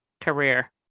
career